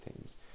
teams